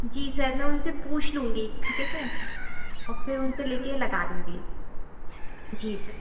जी sir मैं उनसे पूछ लूँगी ठीक है सर और फिर उनसे लेकर लगा दूँगी जी सर